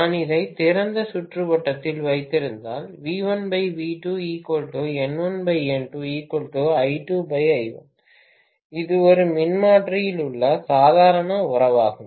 நான் இதை திறந்த சுற்றுவட்டத்தில் வைத்திருந்தால் இது ஒரு மின்மாற்றியில் உள்ள சாதாரண உறவாகும்